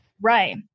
Right